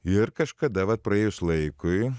ir kažkada vat praėjus laikui